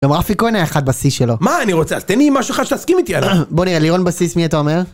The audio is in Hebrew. גם רפי כהן היה חד בשיא שלו מה אני רוצה? אז תן לי משהו אחד שתסכים איתי עליו בוא נראה, לירון בסיס מי אתה אומר?